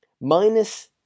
minus